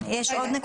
יש עוד נקודות?